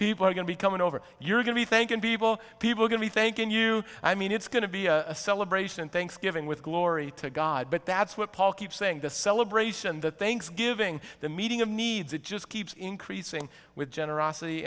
people are going to be coming over you're going to be thanking people people are going to be thanking you i mean it's going to be a celebration thanksgiving with glory to god but that's what paul keeps saying the celebration that they are giving the meeting of needs it just keeps increasing with generosity